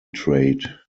trade